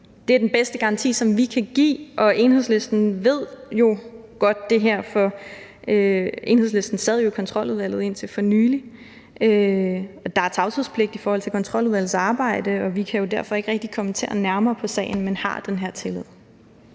Det er den bedste garanti, som vi kan give, og Enhedslisten ved jo godt det her, for Enhedslisten sad jo i Kontroludvalget indtil for nylig. Der er tavshedspligt i forhold til Kontroludvalgets arbejde, og vi kan jo derfor ikke rigtig kommentere nærmere på sagen, men vi har den her tillid.